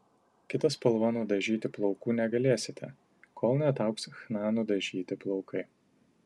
kita spalva nudažyti plaukų negalėsite kol neataugs chna nudažyti plaukai